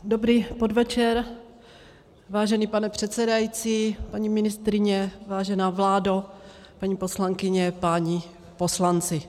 Dobrý podvečer, vážený pane předsedající, paní ministryně, vážená vládo, paní poslankyně, páni poslanci.